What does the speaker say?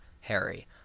Harry